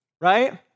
Right